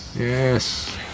Yes